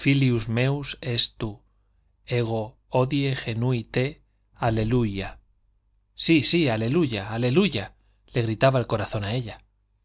es tu ego hodie genui te alleluia sí sí aleluya aleluya le gritaba el corazón a ella